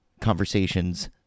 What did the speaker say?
Conversations